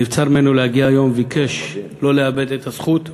שנבצר ממנו להגיע היום וביקש שלא לאבד את הזכות ולדבר.